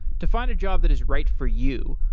to find a job that is right for you,